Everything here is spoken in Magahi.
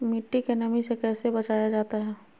मट्टी के नमी से कैसे बचाया जाता हैं?